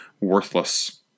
worthless